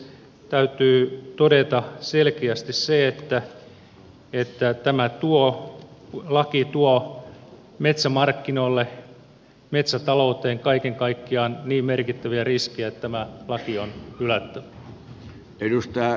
täytyy todeta selkeästi se että tämä laki tuo metsämarkkinoille metsätalouteen kaiken kaikkiaan niin merkittäviä riskejä että tämä laki on hylättävä